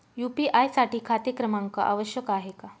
UPI साठी खाते क्रमांक आवश्यक आहे का?